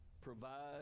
provide